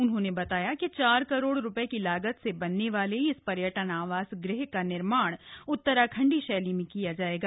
उन्होंने बताया कि चार करोड़ रुपये की लागत से बनने वाले इस पर्यटन आवास गृह का निर्माण उत्तराखंडी शैली में किया जायेगा